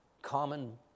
Common